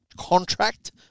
contract